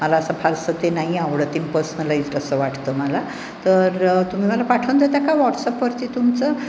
मला असं फारसं ते नाही आवडत इम्पर्सनलाईज असं वाटतं मला तर तुम्ही मला पाठवून देतात का व्हॉट्सअपवरती तुमचं